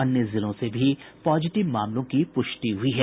अन्य जिलों से भी पॉजिटिव मामलों की पुष्टि हुई है